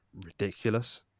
ridiculous